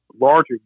larger